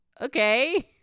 Okay